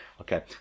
Okay